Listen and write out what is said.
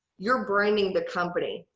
you're bringing the company.